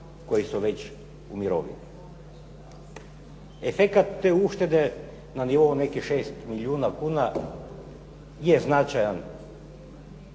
koji su već u mirovini. Efekt te uštede na nivou nekih 6 milijuna kuna je značajan,